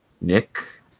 Nick